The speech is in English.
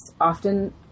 often